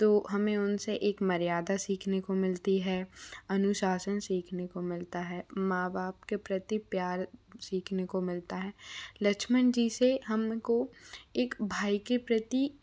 तो हमें उनसे एक मर्यादा सीखने को मिलती है अनुशासन सीखने को मिलता है मां बाप के प्रति प्यार सीखने को मिलता है लक्ष्मण जी से हम को एक भाई के प्रति